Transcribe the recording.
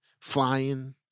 flying